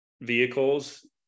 vehicles